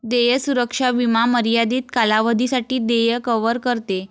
देय सुरक्षा विमा मर्यादित कालावधीसाठी देय कव्हर करते